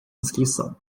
inscrição